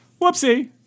whoopsie